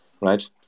right